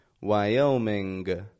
Wyoming